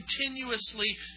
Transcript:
continuously